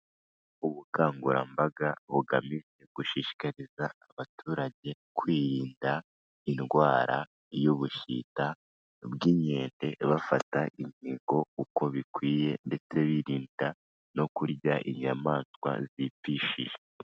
Ubukangurambaga bugamije gushishikariza abaturage kwirinda indwara y'ubushita bw'inkende bafata intego uko bikwiye ndetse birinda no kurya inyamaswa zipfishije.